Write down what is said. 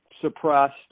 suppressed